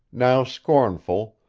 now scornful,